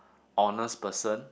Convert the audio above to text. honest person